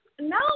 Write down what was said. no